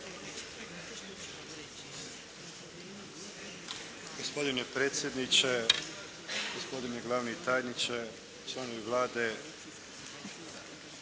Gospodine predsjedniče, gospodine glavni tajniče, članovi Vlade,